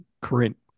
current